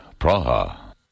Praha